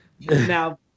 Now